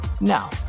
Now